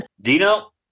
Dino